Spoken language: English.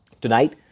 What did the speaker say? Tonight